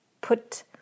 put